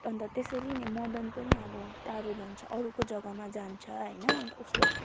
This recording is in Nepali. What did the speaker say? अन्त त्यसरी नै मदन पनि अब टाडो जान्छ अरूको जग्गामा जान्छ होइन अन्त उसले